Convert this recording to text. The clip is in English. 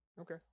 Okay